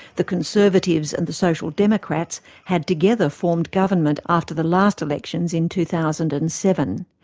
the conservatives and the social democrats had together formed government after the last elections in two thousand and seven.